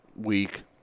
Week